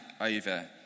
over